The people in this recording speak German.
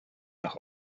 nach